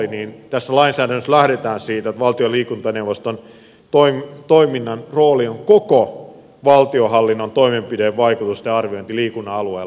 tässä lainsäädännössä lähdetään siitä että valtion liikuntaneuvoston toiminnan rooli on koko valtionhallinnon toimenpidevaikutusten arviointi liikunnan alueella